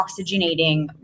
oxygenating